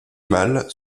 mal